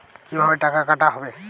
কিভাবে টাকা কাটা হবে?